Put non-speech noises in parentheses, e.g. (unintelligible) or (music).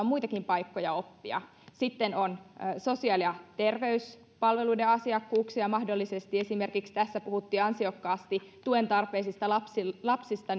(unintelligible) muitakin paikkoja oppia sitten on sosiaali ja terveyspalveluiden asiakkuuksia mahdollisesti kun tässä puhuttiin ansiokkaasti esimerkiksi tuentarpeisista lapsista lapsista (unintelligible)